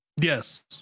Yes